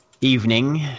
evening